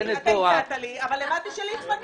אתה הצעת לי אבל הבנתי שליצמן מתנגד.